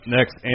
Next